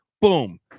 boom